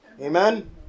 amen